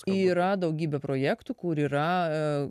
yra daugybė projektų kur yra